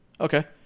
Okay